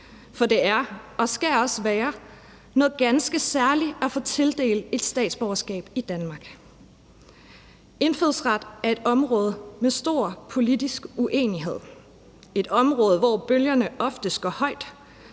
for det er og skal også være noget ganske særligt at få tildelt et statsborgerskab i Danmark. Indfødsret er et område med stor politisk uenighed, et område, hvor bølgerne oftest går højt,